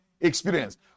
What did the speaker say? experience